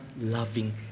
loving